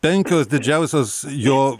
penkios didžiausios jo